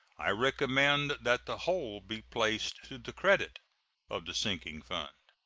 i recommend that the whole be placed to the credit of the sinking fund.